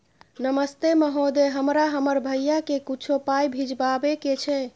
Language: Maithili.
नमस्ते महोदय, हमरा हमर भैया के कुछो पाई भिजवावे के छै?